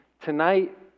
Tonight